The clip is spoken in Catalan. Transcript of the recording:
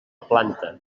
planta